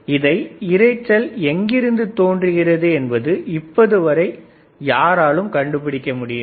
இதை இரைச்சல் எங்கிருந்து தோன்றுகிறது என்பது இப்பொழுது வரை யாராலும் கண்டு பிடிக்க முடியவில்லை